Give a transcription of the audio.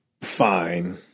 fine